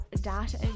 data